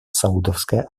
саудовская